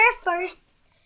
first